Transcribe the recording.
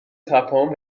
تفاهم